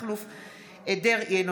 אינו נוכח אריה מכלוף דרעי,